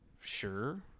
sure